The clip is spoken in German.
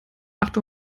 acht